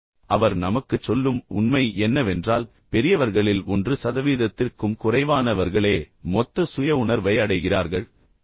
ஆனால் அவர் பின்னர் நமக்குச் சொல்லும் சுவாரஸ்யமான உண்மை என்னவென்றால் பெரியவர்களில் 1 சதவீதத்திற்கும் குறைவானவர்களே மொத்த சுய உணர்வை அடைகிறார்கள் என்று அவர் கூறுகிறார்